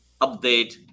update